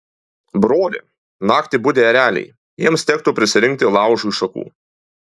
broli naktį budi ereliai jiems tektų pririnkti laužui šakų